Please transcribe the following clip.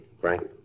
Frank